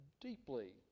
deeply